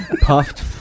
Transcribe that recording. Puffed